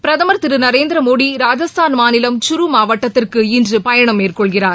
பிரதமா் திரு நரேந்திரமோடி ராஜஸ்தான் மாநிலம் ச்ரு மாவட்டத்திற்கு இன்று பயணம் மேற்கொள்கிறார்